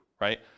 right